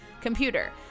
computer